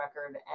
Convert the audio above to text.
record